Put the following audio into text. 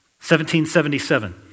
1777